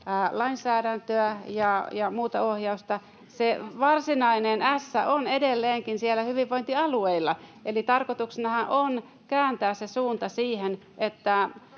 lainsäädäntöä ja muuta ohjausta. Se varsinainen ässä on edelleenkin siellä hyvinvointialueilla. Eli tarkoituksenahan on kääntää se suunta siihen,